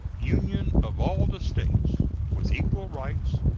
union of all the states, with equal rights,